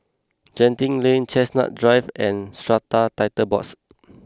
Genting Lane Chestnut Drive and Strata Titles Board